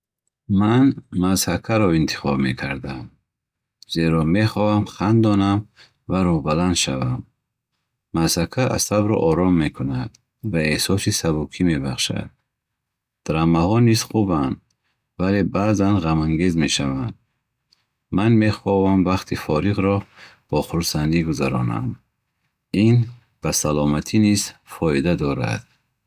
Ман мазҳакаро интихоб мекардам, зеро мехоҳам хандонам ва рӯҳбаланд шавам. Мазҳака асабро ором мекунад ва эҳсоси сабукӣ мебахшад. Драмаҳо низ хубанд, вале баъзан ғамангез мешаванд. Ман мехоҳам вақти фориғро бо хурсандӣ гузаронам. Ин ба саломатӣ низ фоида дорад